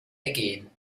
ergehen